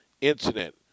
incident